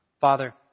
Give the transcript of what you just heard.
Father